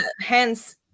hence